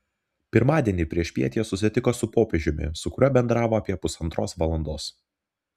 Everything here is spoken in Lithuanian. pirmadienį priešpiet jie susitiko su popiežiumi su kuriuo bendravo apie pusantros valandos